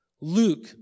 Luke